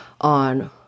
on